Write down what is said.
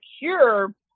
cure